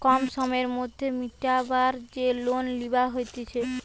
কম সময়ের মধ্যে মিটাবার যে লোন লিবা হতিছে